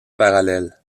parallèle